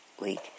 week